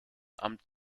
amt